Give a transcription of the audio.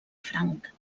franc